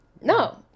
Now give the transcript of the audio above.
No